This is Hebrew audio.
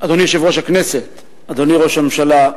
אדוני יושב-ראש הכנסת, אדוני ראש הממשלה,